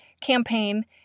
campaign